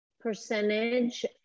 percentage